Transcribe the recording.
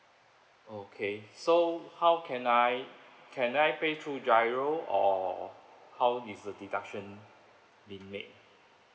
okay so how can I can I pay through giro or how is the deduction being made